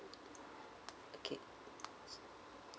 okay